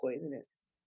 poisonous